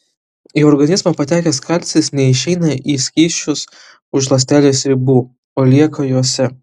į organizmą patekęs kalcis neišeina į skysčius už ląstelės ribų o lieka jose